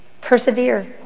Persevere